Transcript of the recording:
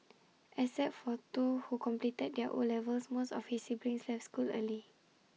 except for two who completed their O levels most of his siblings left school early